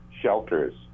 shelters